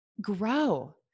grow